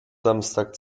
samstag